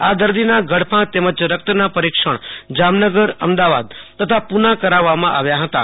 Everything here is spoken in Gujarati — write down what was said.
આ દર્દીના ગળફા તેમજ રક્તના પરિક્ષણ જામનગર અમદાવાદ તથા પુના કરાવાયા હતાં